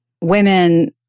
women